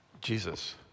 Jesus